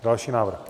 Další návrh.